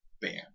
band